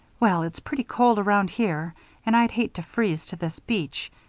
well, it's pretty cold around here and i'd hate to freeze to this bench,